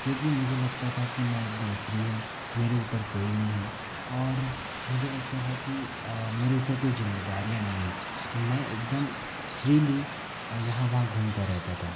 क्योंकि मुझे लगता था की मैं एकदम फ्री हूँ मेरे ऊपर कोई नहीं है मुझे लागता था कि मेरे ऊपर कोई जिम्मेदारियाँ नहीं है तो मैं एकदम फ्रीली यहाँ वहाँ घूमता रहता था